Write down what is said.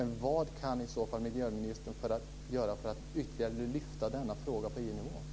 Vad kan miljöministern göra för att ytterligare lyfta fram denna fråga på EU-nivå?